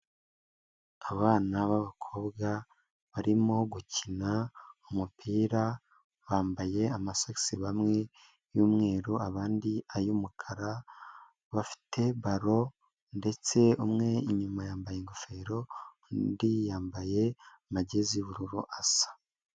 Abana b'abakobwa barimo gukina umupira bambaye amasogisi bamwe y'umweru abandi ay'umukara, bafite balo ndetse umwe inyuma yambaye ingofero undi yambaye amagezi y'ubururu asa.